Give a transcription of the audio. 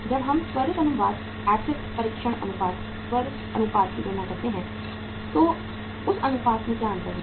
जब हम त्वरित अनुपात एसिड परीक्षण अनुपात त्वरित अनुपात की गणना करते हैं तो उस अनुपात में क्या अंतर होता है